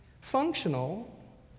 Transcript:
functional